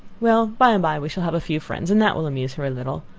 well, by-and-by we shall have a few friends, and that will amuse her a little.